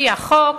לפי החוק,